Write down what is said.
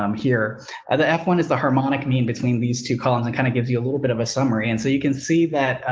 um here at the f one is the harmonic mean between these two columns, and kinda gives you a little bit of a summary. and so you can see that, ah,